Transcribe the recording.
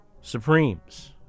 Supremes